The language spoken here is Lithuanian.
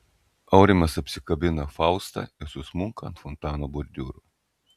aurimas apsikabina faustą ir susmunka ant fontano bordiūro